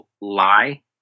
lie